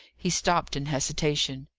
he stopped in hesitation.